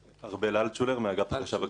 ארבל אלטשולר, מאגף החשב הכללי.